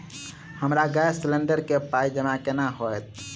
हमरा gas cylinder केँ पाई जमा केना हएत?